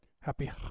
happy